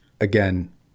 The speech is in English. again